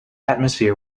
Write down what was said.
atmosphere